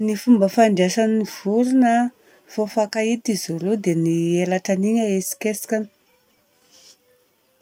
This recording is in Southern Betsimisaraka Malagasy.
Ny fomba fandraisan'ny vorona an, vao mifankahita izy roa dia ny elatrany igny ahetsiketsikany.